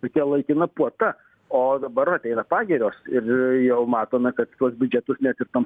tokia laikina puota o dabar ateina pagirios ir jau matome kad tuos biudžetus net ir tom